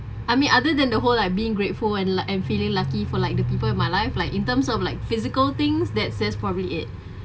I mean other than the whole like being grateful and like I'm feeling lucky for like the people in my life like in terms of like physical things that says probably it